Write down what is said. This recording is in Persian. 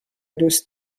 دوست